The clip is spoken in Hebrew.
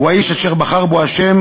הוא האיש אשר בחר בו ה',